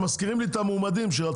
עזוב אתם מזכירים לי את המועמדים שיוצאים